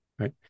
Right